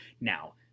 Now